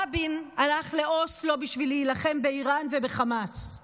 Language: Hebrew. רבין הלך לאוסלו בשביל להילחם באיראן ובחמאס.